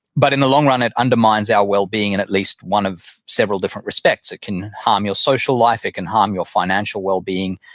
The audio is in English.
but in the long run, it undermines our well-being in at least one of several different respects. it can harm your social life. it can harm your financial well-being.